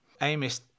Amos